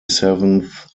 seventh